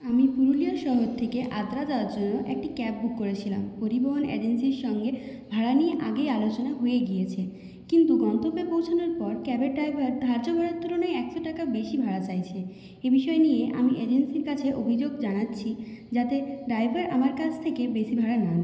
আমি পুরুলিয়া শহর থেকে আদ্রা যাওয়ার জন্য একটি ক্যাব বুক করেছিলাম পরিবহন এজেন্সির সঙ্গে ভাড়া নিয়ে আগেই আলোচনা হয়ে গিয়েছে কিন্তু গন্তব্যে পৌঁছানোর পর ক্যাবের ডাইভার ধার্য ভাড়ার তুলনায় একশো টাকা বেশী ভাড়া চাইছে এই বিষয় নিয়ে আমি এজেন্সির কাছে অভিযোগ জানাচ্ছি যাতে ডাইভার আমার কাছ থেকে বেশী ভাড়া না নেয়